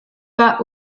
pas